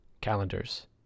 Calendars